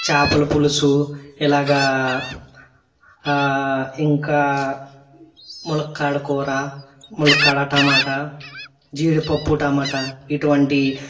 చేపల పులుసు ఇలాగా ఇంకా ములక్కాడ కూర ములక్కాడ టమాట జీడిపప్పు టమాటా ఇటువంటివి